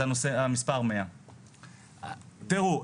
זה המספר 100. תראו,